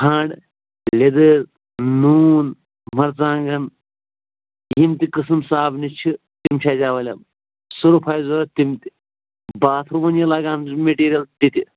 کھَنٛڈ لیٚدٕر نوٗن مَرژٕوانٛگَن یِم تہِ قٕسم صابنہِ چھِ تِم چھِ اَسہِ ایٚویلیبُل سٔرُف آسہِ ضروٗرت تِم تہِ باتھ روٗمَن یہِ لَگان چھُ میٹیٖریَل تہِ تہِ